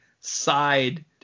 side